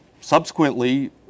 subsequently